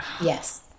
yes